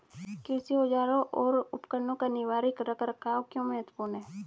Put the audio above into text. कृषि औजारों और उपकरणों का निवारक रख रखाव क्यों महत्वपूर्ण है?